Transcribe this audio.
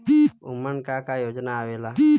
उमन का का योजना आवेला?